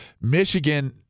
Michigan